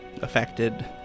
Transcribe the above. affected